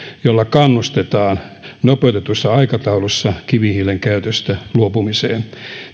jolla kannustetaan nopeutetussa aikataulussa kivihiilen käytöstä luopumiseen